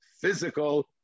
physical